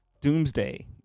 Doomsday